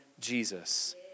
Jesus